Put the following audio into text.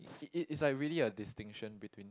it it it's like really a distinction between